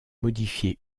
modifié